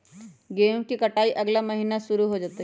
गेहूं के कटाई अगला महीना शुरू हो जयतय